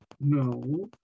no